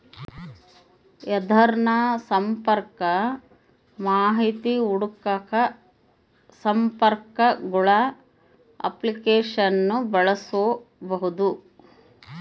ಯಾರ್ದನ ಸಂಪರ್ಕ ಮಾಹಿತಿ ಹುಡುಕಾಕ ಸಂಪರ್ಕಗುಳ ಅಪ್ಲಿಕೇಶನ್ನ ಬಳಸ್ಬೋದು